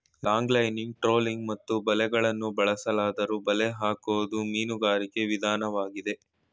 longlining trolling ಮತ್ತು ಬಲೆಗಳನ್ನು ಬಳಸಲಾದ್ದರೂ ಬಲೆ ಹಾಕೋದು ಮೀನುಗಾರಿಕೆ ವಿದನ್ವಾಗಿದೆ